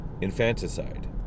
infanticide